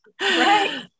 Right